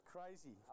Crazy